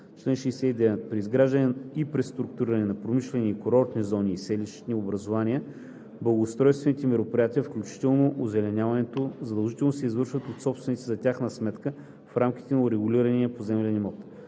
„Чл. 69. (1) При изграждане и преструктуриране на промишлени и курортни зони и селищни образувания благоустройствените мероприятия, включително озеленяването, задължително се извършват от собствениците за тяхна сметка в рамките на урегулирания поземлен имот.